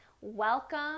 welcome